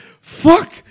fuck